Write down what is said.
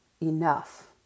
enough